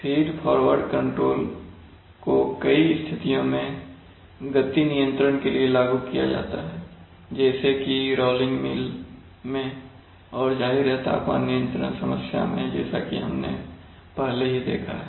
feed forward control को कई स्थितियों में गति नियंत्रण के लिए लागू किया जाता है जैसे कि रोलिंग मिल मैं और जाहिर है तापमान नियंत्रण समस्याओं में जैसा कि हमने पहले ही देखा है